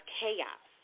chaos